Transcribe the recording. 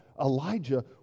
Elijah